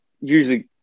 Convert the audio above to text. usually